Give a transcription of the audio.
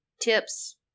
tips